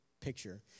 picture